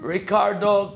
Ricardo